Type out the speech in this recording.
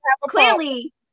clearly